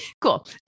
cool